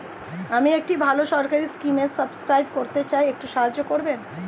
আমি একটি ভালো সরকারি স্কিমে সাব্সক্রাইব করতে চাই, একটু সাহায্য করবেন?